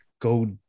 Go